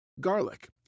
garlic